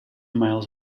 miles